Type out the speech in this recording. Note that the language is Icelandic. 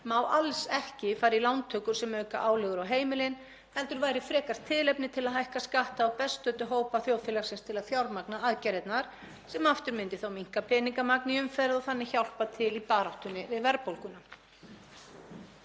má alls ekki fara í lántökur sem auka álögur á heimilin heldur væri frekar tilefni til að hækka skatta á best stöddu hópa þjóðfélagsins til að fjármagna aðgerðirnar, sem aftur myndi minnka peningamagn í umferð og þannig hjálpa til í baráttunni við verðbólguna.